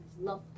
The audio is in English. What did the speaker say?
love